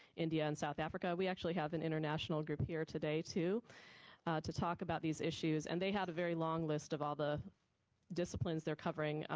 indiana and south africa. we actually have an international group here today to to talk about these issues and they had a very long list of all the disciplines they're covering.